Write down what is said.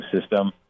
system